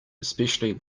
especially